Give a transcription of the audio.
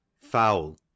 foul